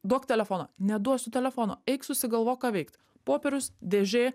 duok telefoną neduosiu telefono eik susigalvok ką veikt popierius dėžė